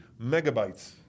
megabytes